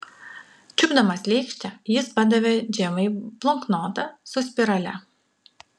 čiupdamas lėkštę jis padavė džemai bloknotą su spirale